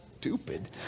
stupid